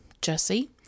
Jesse